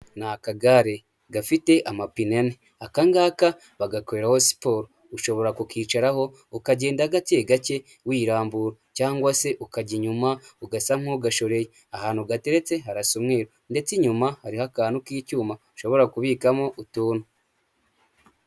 Ni akagare gafite amapine ane aka ngaka bagakoreraho siporo ushobora kukicaraho ukagenda gake gake wirambura cyangwa se ukajya inyuma ugasa nk'ugashoreye, ahantu gateretse harasa umeru ndetse inyuma hariho akantu k'icyuma ushobora kubikamo utuntu.